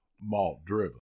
malt-driven